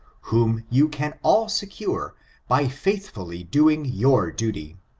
whom you can all secure by faithfully doing your duty.